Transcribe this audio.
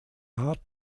hart